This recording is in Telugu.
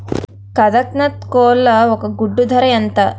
కదక్నత్ కోళ్ల ఒక గుడ్డు ధర ఎంత?